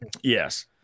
Yes